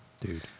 dude